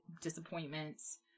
disappointments